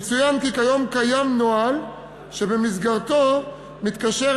יצוין כי כיום קיים נוהל שבמסגרתו מתקשרת